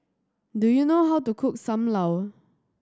do you know how to cook Sam Lau